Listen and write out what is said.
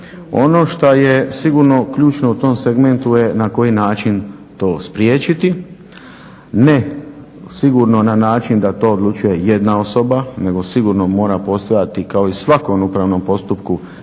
Ono šta je sigurno ključno u tom segmentu je na koji način to spriječiti, ne sigurno na način da to odlučuje jedna osoba, nego sigurno mora postojati kao i u svakom upravnom postupku